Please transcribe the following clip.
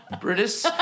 British